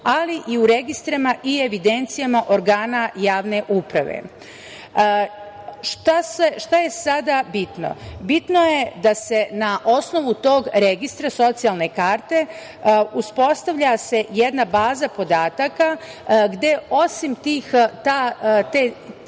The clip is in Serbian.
ali i u registrima i evidencijama organa javne uprave. Šta je sada bitno? Bitno je da se na osnovu tog registra socijalne karte uspostavlja jedna baza podataka gde osim te